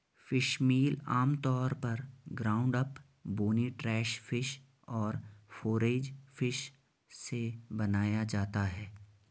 fishmeal आमतौर पर ground up, bony trash fish और फोरेज फिश से बनाया जाता है